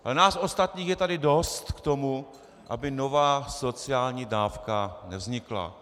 Ale nás ostatních je tady dost k tomu, aby nová sociální dávka nevznikla.